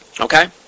okay